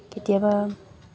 কেতিয়াবা